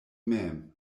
mem